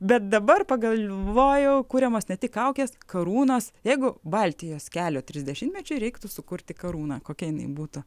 bet dabar pagalvojau kuriamos ne tik kaukės karūnos jeigu baltijos kelio trisdešimtmečiui reiktų sukurti karūną kokia jinai būtų